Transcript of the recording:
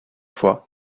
fois